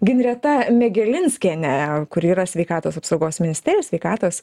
ginreta megelinskiene kuri yra sveikatos apsaugos ministerijos sveikatos